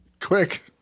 Quick